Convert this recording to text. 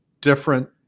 different